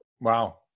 wow